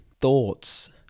thoughts